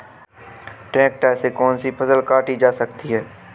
Tractor से कौन सी फसल काटी जा सकती हैं?